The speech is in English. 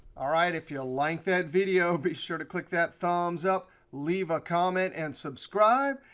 all right, if you liked that video, be sure to click that thumbs up, leave a comment, and subscribe.